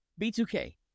B2K